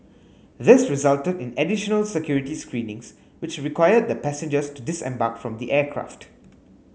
this resulted in additional security screenings which required the passengers to disembark from the aircraft